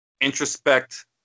introspect